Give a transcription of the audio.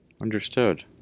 Understood